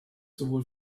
sowohl